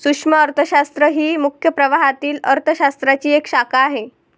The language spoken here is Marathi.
सूक्ष्म अर्थशास्त्र ही मुख्य प्रवाहातील अर्थ शास्त्राची एक शाखा आहे